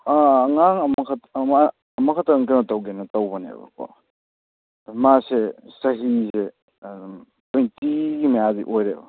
ꯑꯥ ꯑꯉꯥꯡ ꯑꯃꯈꯛ ꯑꯃ ꯑꯃꯈꯛꯇꯪꯈꯛ ꯀꯩꯅꯣ ꯇꯧꯒꯦꯅ ꯇꯧꯕꯅꯦꯕꯀꯣ ꯑꯗ ꯃꯥꯁꯦ ꯆꯍꯤꯁꯦ ꯇ꯭ꯋꯦꯟꯇꯤ ꯃꯌꯥꯗꯤ ꯑꯣꯏꯔꯦꯕ